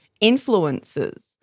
influences